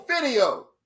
video